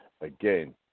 Again